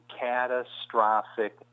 catastrophic